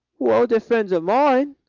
well, they're friends of mine,